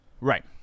Right